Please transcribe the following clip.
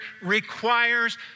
requires